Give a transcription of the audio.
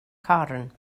corn